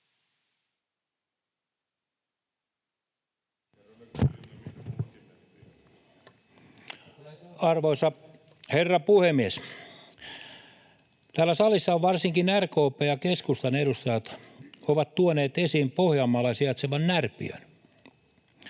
Arvoisa herra puhemies! Täällä salissa varsinkin RKP:n ja keskustan edustajat ovat tuoneet esiin Pohjanmaalla sijaitsevan Närpiön